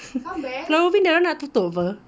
pulau ubin dorang nak tutup apa